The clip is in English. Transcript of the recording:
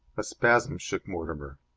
a spasm shook mortimer.